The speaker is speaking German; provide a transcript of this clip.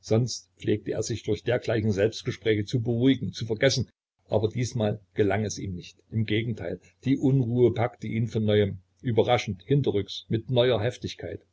sonst pflegte er sich durch dergleichen selbstgespräche zu beruhigen zu vergessen aber diesmal gelang es ihm nicht im gegenteil die unruhe packte ihn von neuem überraschend hinterrücks mit neuer heftigkeit